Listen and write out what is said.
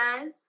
guys